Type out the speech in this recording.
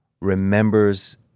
remembers